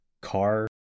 car